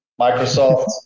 Microsoft